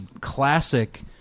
classic